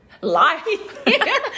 life